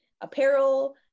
apparel